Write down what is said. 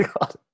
god